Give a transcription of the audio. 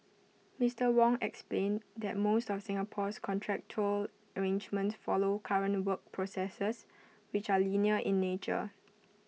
Mister Wong explained that most of Singapore's contractual arrangements follow current work processes which are linear in nature